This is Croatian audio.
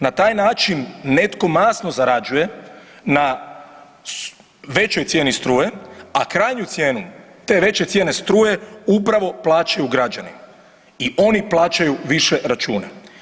Na taj način netko masno zarađuje na većoj cijeni struje, a krajnju cijenu te veće cijene struje upravo plaćaju građani i oni plaćaju više računa.